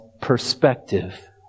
perspective